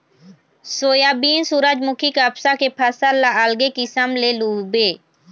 soybean, सूरजमूखी, कपसा के फसल ल अलगे किसम ले लूबे